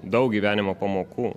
daug gyvenimo pamokų